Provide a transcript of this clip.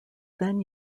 then